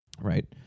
Right